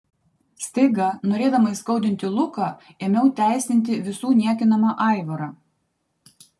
staiga norėdama įskaudinti luką ėmiau teisinti visų niekinamą aivarą